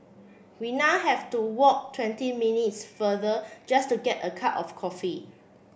we now have to walk twenty minutes farther just to get a cup of coffee